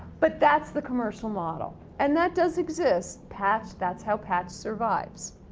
but, that's the commercial model and that does exist. patch, that's how patch survives.